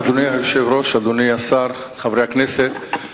אדוני היושב-ראש, אדוני השר, חברי הכנסת,